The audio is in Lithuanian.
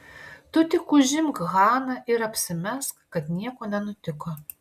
tu tik užimk haną ir apsimesk kad nieko nenutiko